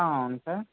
అవును సార్